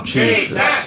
Jesus